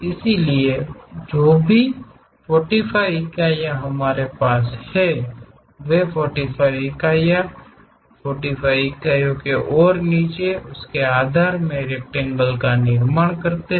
इसलिए जो भी 45 इकाइयाँ हमारे यहाँ हैं वे 45 इकाइयाँ हैं इसलिए 45 इकाइयाँ और नीचे के आधार मे रेकटेंगेल का निर्माण करते हैं